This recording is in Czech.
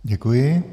Děkuji.